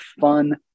fun